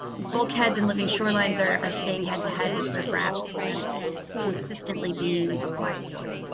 bulkheads and living shorelines are are staying head to head with riprap and consistently being applied for.